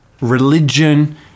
religion